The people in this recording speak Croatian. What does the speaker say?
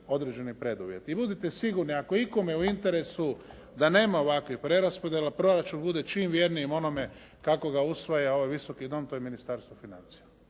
određeni preduvjeti. I budite sigurni ako je ikome u interesu da nema ovakvih preraspodjela proračun bude čim vjerniji onome kako ga usvaja ovaj Visoki dom to je Ministarstvo financija.